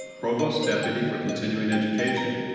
provost's deputy for continuing education.